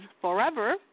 forever